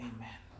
Amen